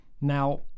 Now